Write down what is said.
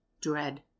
Dread